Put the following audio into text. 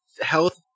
health